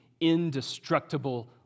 indestructible